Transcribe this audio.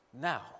now